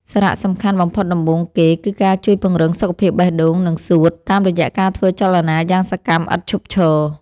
សារៈសំខាន់បំផុតដំបូងគេ គឺការជួយពង្រឹង សុខភាពបេះដូង និងសួត តាមរយៈការធ្វើចលនាយ៉ាងសកម្មឥតឈប់ឈរ។